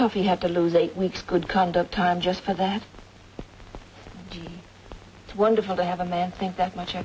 tough you have to lose eight weeks good conduct time just for them it's wonderful to have a man think that much